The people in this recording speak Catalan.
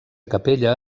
capella